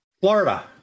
Florida